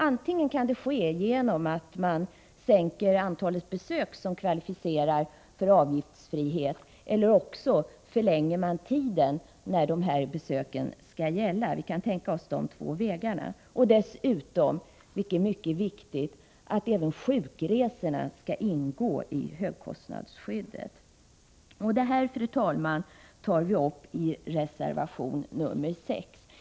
Det kan ske antingen genom en sänkning av antalet besök som kvalificerar för avgiftsfrihet, eller också genom en förlängning av den tid under vilken beöken skall äga rum. Vi kan tänka oss de två vägarna. Dessutom skall, vilket är mycket viktigt, även kostnaderna för sjukresorna omfattas av högkostnadsskyddet. Detta, fru talman, tar vi upp i reservation 6.